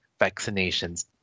vaccinations